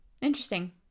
interesting